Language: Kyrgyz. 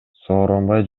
сооронбай